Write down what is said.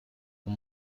اون